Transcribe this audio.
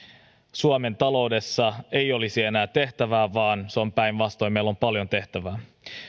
suomen taloudessa ei olisi enää tehtävää vaan on päinvastoin meillä on paljon tehtävää